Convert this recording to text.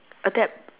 adapt